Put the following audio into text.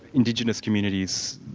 indigenous communities,